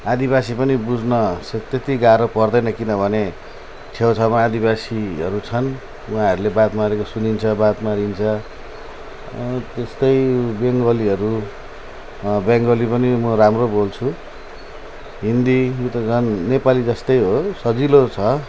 आदिवासी पनि बुझ्न से त्यत्ति गाह्रो पर्दैन किनभने छेउछाउमा आदिवासीहरू छन् उहाँहरूले बात मारेको सुनिन्छ बात मारिन्छ त्यस्तै बङ्गालीहरू बङ्गाली पनि म राम्रो बोल्छु हिन्दी त झन् नेपाली जस्तै हो सजिलो छ